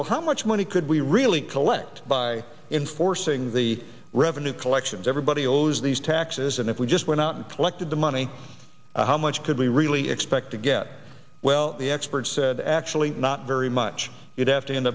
well how much money could we really collect by inforcing the revenue collections everybody owes these taxes and if we just went out and collected the money how much could we really expect to get well the experts said actually not very much you'd have to end